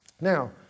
Now